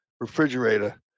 refrigerator